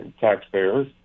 taxpayers